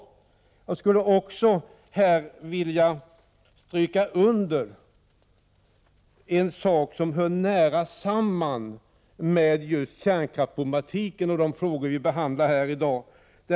Jag skulle också vilja stryka under en sak som hör nära samman med kärnkraftsproblematiken och de frågor som vi behandlar här i dag.